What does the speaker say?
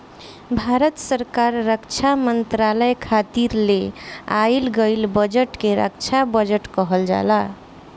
भारत सरकार रक्षा मंत्रालय खातिर ले आइल गईल बजट के रक्षा बजट कहल जाला